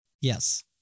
Yes